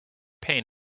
pain